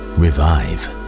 revive